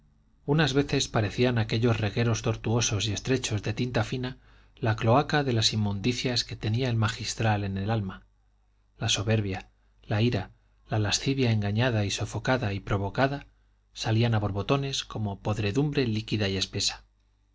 unas veces parecían aquellos regueros tortuosos y estrechos de tinta fina la cloaca de las inmundicias que tenía el magistral en el alma la soberbia la ira la lascivia engañada y sofocada y provocada salían a borbotones como podredumbre líquida y espesa